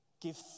Give